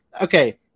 okay